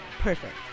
Perfect